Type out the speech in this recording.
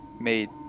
made